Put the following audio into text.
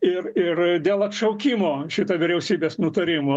ir ir dėl atšaukimo šito vyriausybės nutarimo